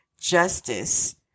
justice